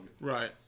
Right